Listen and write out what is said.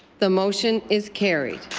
the motion is carried.